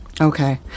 Okay